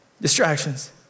distractions